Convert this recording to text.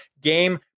game